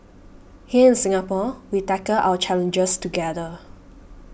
here in Singapore we tackle our challenges together